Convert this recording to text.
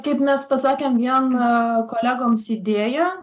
kaip mes pasakėm vieną kolegoms įdėją